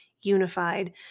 unified